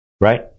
right